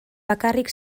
bakarrik